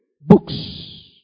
books